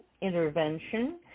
intervention